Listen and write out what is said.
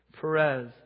Perez